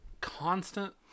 constant